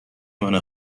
منو